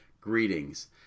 greetings